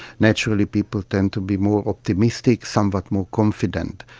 naturally people tend to be more optimistic, somewhat more confident.